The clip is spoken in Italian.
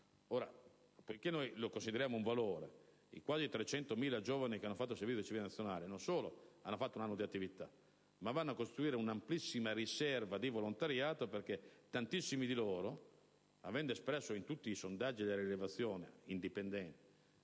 a farlo. Noi consideriamo un valore i quasi 300.000 giovani che hanno fatto il servizio civile nazionale: costoro non solo hanno svolto un anno di attività, ma vanno a costituire un'amplissima riserva di volontariato. Tantissimi di loro hanno espresso in tutti i sondaggi e le rilevazioni indipendenti